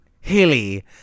Hilly